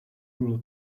rural